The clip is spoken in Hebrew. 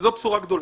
זאת בשורה גדולה.